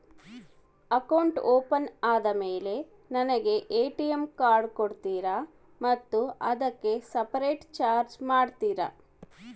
Account open ಆದಮೇಲೆ ನನಗೆ ATM card ಕೊಡ್ತೇರಾ ಮತ್ತು ಅದಕ್ಕೆ ಸಪರೇಟ್ ಚಾರ್ಜ್ ಮಾಡ್ತೇರಾ?